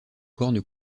cornes